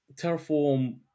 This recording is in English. Terraform